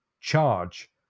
charge